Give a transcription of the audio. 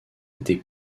été